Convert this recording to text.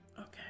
Okay